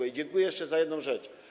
I dziękuję jeszcze za jedną rzecz.